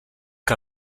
que